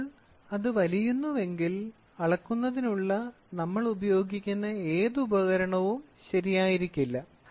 അതിനാൽ അത് വലിയുന്നുവെങ്കിൽ അളക്കുന്നതിന് നമ്മൾ ഉപയോഗിക്കുന്ന ഏത് ഉപകരണവും ശരിയായിരിക്കില്ല